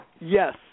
Yes